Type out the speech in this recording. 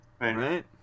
right